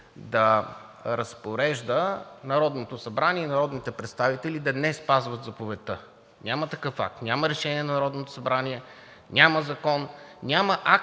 да разпорежда Народното събрание и народните представители да не спазват заповедта. Няма такъв акт, няма решение на Народното събрание, няма закон. Няма акт,